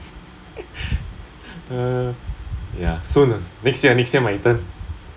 uh ya soon next year next year my turn